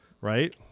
right